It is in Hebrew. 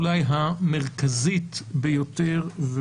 אולי המרכזית ביותר,